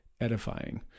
edifying